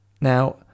Now